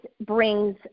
brings